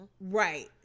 Right